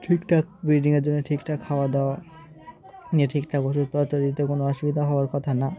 ঠিকঠাক বিল্ডিংয়ের জন্য ঠিকঠাক খাওয়া দাওয়া নিয়ে ঠিকঠাক ওষুধপত্র দিতে কোনো অসুবিধা হওয়ার কথা না